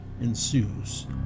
ensues